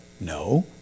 No